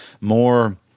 more